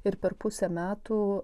ir per pusę metų